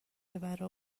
ببره